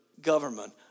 government